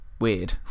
weird